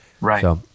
Right